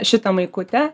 šitą maikutę